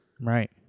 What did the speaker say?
Right